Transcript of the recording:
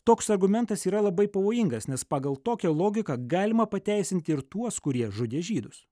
toks argumentas yra labai pavojingas nes pagal tokią logiką galima pateisinti ir tuos kurie žudė žydus